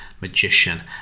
magician